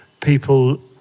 people